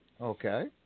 Okay